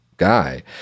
guy